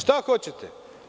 Šta hoćete?